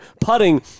putting